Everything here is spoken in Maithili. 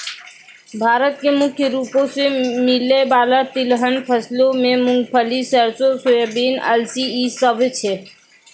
भारत मे मुख्य रूपो से मिलै बाला तिलहन फसलो मे मूंगफली, सरसो, सोयाबीन, अलसी इ सभ छै